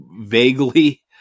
vaguely